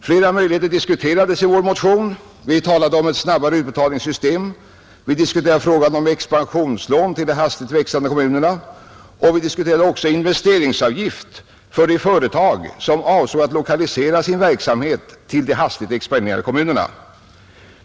Flera möjligheter diskuterades i motionen: snabbare utbetalningssystem, expansionslån till de hastigt växande kommunerna och investeringsavgift för de företag som avsåg att lokalisera sin verksamhet till de hastigt expanderande kommunerna.